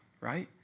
right